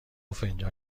فنجان